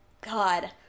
God